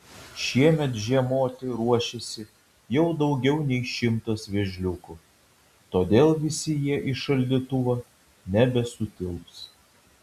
šiemet žiemoti ruošiasi jau daugiau nei šimtas vėžliukų todėl visi jie į šaldytuvą nebesutilps